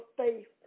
faith